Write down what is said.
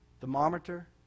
Thermometer